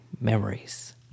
memories